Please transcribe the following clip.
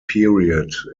period